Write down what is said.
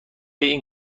این